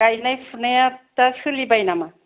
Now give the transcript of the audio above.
गायनाय फुनाया दा सोलिबाय नामा